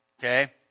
Okay